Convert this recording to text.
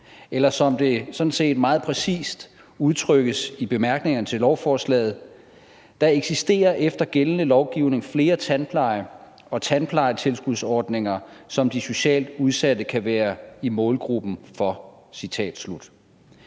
det sådan set meget præcist udtrykkes i bemærkningerne til lovforslaget: Der eksisterer efter gældende lovgivning flere tandpleje- og tandplejetilskudsordninger, som de socialt udsatte kan være i målgruppen for.